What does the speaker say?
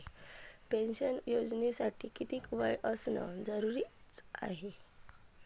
Pension योजनेसाठी कितीक वय असनं जरुरीच हाय?